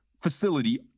facility